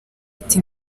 ati